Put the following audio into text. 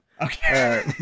okay